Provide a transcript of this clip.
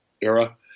era